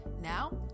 Now